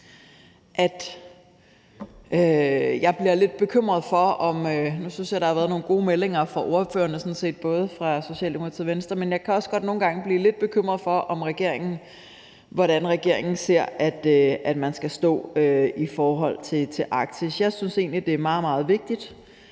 at jeg bliver lidt bekymret. Nu har der været nogle gode meldinger fra ordførerne, både fra Socialdemokratiet og Venstre, men jeg kan også godt nogle gange blive lidt bekymret for, hvordan regeringen ser man skal stå i forhold til NATO. Jeg synes egentlig, at det er meget, meget vigtigt,